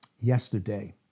yesterday